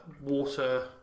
water